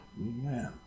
Amen